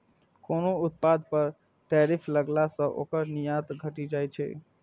कोनो उत्पाद पर टैरिफ लगला सं ओकर निर्यात घटि जाइ छै